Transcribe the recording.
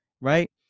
Right